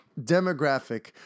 demographic